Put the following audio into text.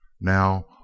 now